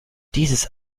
dieses